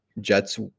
Jets